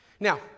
Now